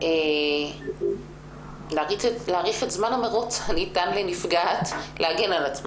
את זמן המרוץ שניתן לנפגעת להגן על עצמה.